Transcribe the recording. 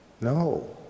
No